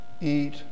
Eat